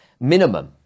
minimum